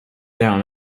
down